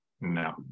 No